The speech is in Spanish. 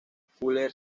fuller